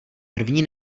první